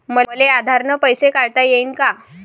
मले आधार न पैसे काढता येईन का?